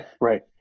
Right